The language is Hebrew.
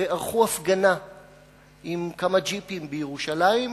וערכו הפגנה עם כמה ג'יפים בירושלים.